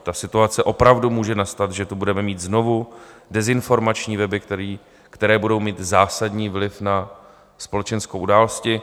Ta situace opravdu může nastat, že tu budeme mít znovu dezinformační weby, které budou mít zásadní vliv na společenské události.